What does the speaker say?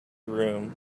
room